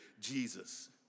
Jesus